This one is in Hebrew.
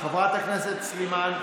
חברת הכנסת סלימאן,